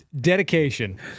dedication